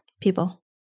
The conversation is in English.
people